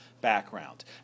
background